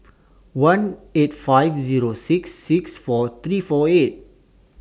one eight five Zero six six four three four eight